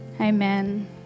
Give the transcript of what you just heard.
Amen